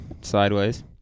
sideways